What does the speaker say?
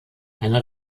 einer